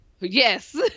Yes